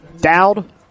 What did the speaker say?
Dowd